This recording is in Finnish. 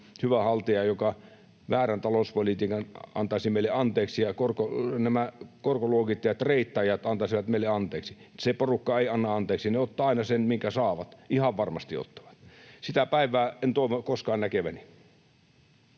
hyvä haltija, joka väärän talouspolitiikan antaisi meille anteeksi, niin että nämä korkoluokittajat, reittaajat, antaisivat meille anteeksi. Se porukka ei anna anteeksi, vaan ne ottavat aina sen, minkä saavat — ihan varmasti ottavat. Sitä päivää en toivo koskaan näkeväni.